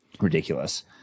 ridiculous